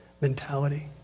mentality